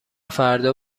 فردا